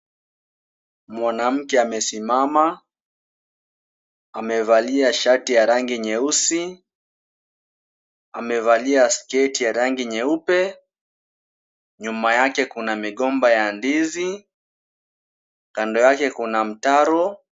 Mwanamke amesimama, amevalia shati ya rangi nyeusi, amevalia sketi ya rangi nyeupe. Nyuma yake kuna migomba ya ndizi, kando yake kuna mtaro.